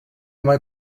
mae